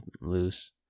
loose